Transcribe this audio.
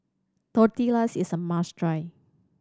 Tortillas is a must try